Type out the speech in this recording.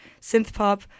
synth-pop